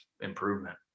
improvement